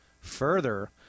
further